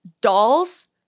Dolls